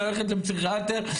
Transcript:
ללכת לפסיכיאטר?